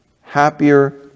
happier